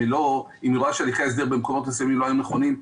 אם היא רואה שהליכי ההסדר במקומות מסוימים לא היו נכונים,